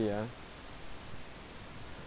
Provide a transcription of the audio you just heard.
ya